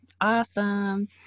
Awesome